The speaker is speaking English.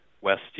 west